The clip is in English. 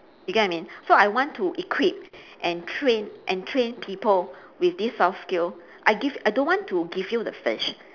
you get what I mean so I want to equip and train and train people with this soft skill I give I don't want to give you the fish